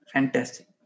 Fantastic